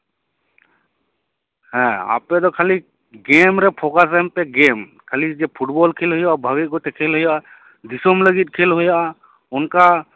ᱦᱮᱸ ᱟᱯᱮ ᱫᱚ ᱠᱷᱟᱞᱤ ᱜᱮᱢ ᱨᱮ ᱯᱷᱳᱠᱟᱥ ᱮᱢᱯᱮ ᱜᱮᱢ ᱠᱷᱟᱞᱤ ᱡᱮ ᱯᱷᱩᱴᱵᱚᱞ ᱠᱷᱮᱞ ᱦᱩᱭᱩᱜᱼᱟ ᱵᱷᱟᱞᱤ ᱚᱠᱚᱡᱛᱮ ᱠᱷᱮᱞ ᱦᱩᱭᱩᱜᱼᱟ ᱫᱤᱥᱚᱢ ᱞᱟᱹᱜᱤᱫ ᱠᱷᱮᱞ ᱦᱩᱭᱩᱜᱼᱟ ᱚᱱᱠᱟ